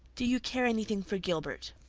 do you care anything for gilbert?